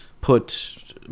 put